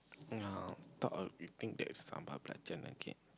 ya thought of asking that sambal belacan again